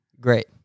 Great